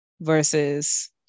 versus